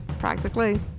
Practically